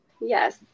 yes